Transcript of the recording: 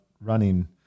running